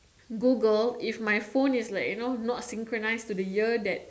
Google if my phone is like you know not synchronised to the year that